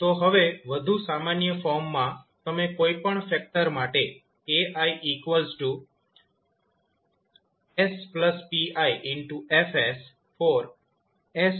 તો હવે વધુ સામાન્ય ફોર્મમાં તમે કોઈ પણ ફેક્ટર માટે 𝑘𝑖𝑠𝑝𝑖𝐹𝑠|𝑠−𝑝𝑖 લખી શકો છો